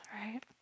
right